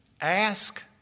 ask